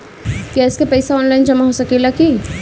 Gas के पइसा online जमा हो सकेला की?